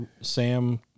sam